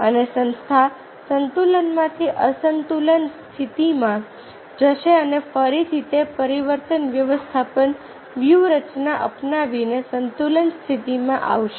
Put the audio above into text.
અને સંસ્થા સંતુલનમાંથી અસંતુલન સ્થિતિમાં જશે અને ફરીથી તે પરિવર્તન વ્યવસ્થાપન વ્યૂહરચના અપનાવીને સંતુલન સ્થિતિમાં આવશે